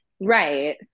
Right